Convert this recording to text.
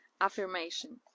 affirmation